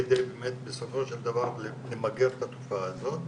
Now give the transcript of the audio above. כדי באמת בסופו של דבר למגר את התופעה הזאת.